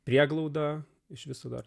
prieglauda iš viso dar